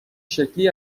شکلی